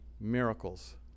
Miracles